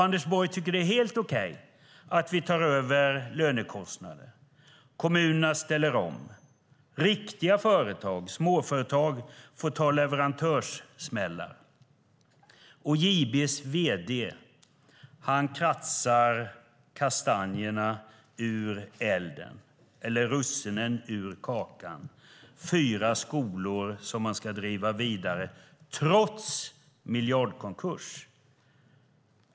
Anders Borg tycker att det är helt okej att vi tar över lönekostnader, att kommunerna ställer om och att riktiga företag - småföretag - får ta leverantörssmällar. JB:s vd kratsar kastanjerna ur elden, eller russinen ur kakan. Han ska driva fyra skolor vidare trots miljardkonkurs.